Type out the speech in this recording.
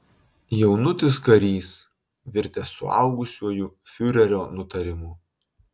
jaunutis karys virtęs suaugusiuoju fiurerio nutarimu